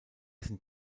sind